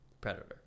Predator